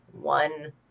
one